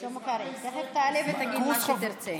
שלמה קרעי, תכף תעלה ותגיד מה שתרצה.